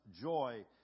joy